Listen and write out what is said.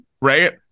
right